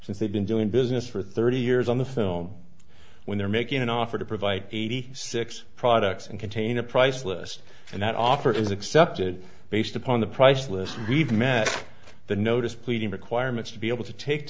since they've been doing business for thirty years on the film when they're making an offer to provide eighty six products and contain a price list and that offer is accepted based upon the price list we've met the notice pleading requirements to be able to take